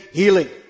healing